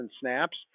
snaps